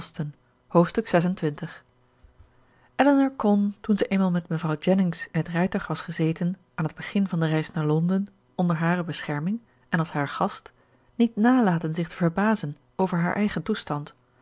hoofdstuk xxvi elinor kon toen zij eenmaal met mevrouw jennings in het rijtuig was gezeten aan t begin van de reis naar londen onder hare bescherming en als haar gast niet nalaten zich te verbazen over haar eigen toestand